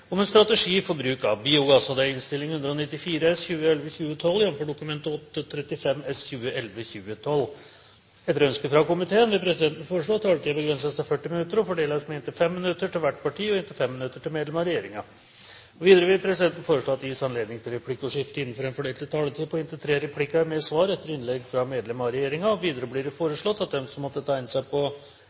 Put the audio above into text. fordeles med inntil 5 minutter til hvert parti og inntil 5 minutter til medlem av regjeringen. Videre vil presidenten foreslå at det gis anledning til replikkordskifte på inntil tre replikker med svar etter innlegg fra medlem av regjeringen innenfor den fordelte taletid. Videre blir det foreslått at de som måtte tegne seg på